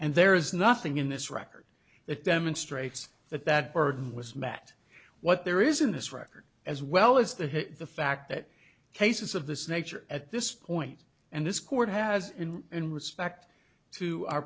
and there is nothing in this record that demonstrates that that burden was met what there isn't this record as well as the hit the fact that cases of this nature at this point and this court has in respect to our